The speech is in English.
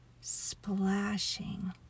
splashing